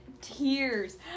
Tears